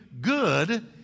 good